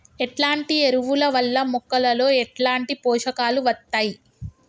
ఎట్లాంటి ఎరువుల వల్ల మొక్కలలో ఎట్లాంటి పోషకాలు వత్తయ్?